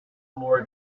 more